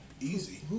Easy